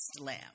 lamb